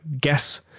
guess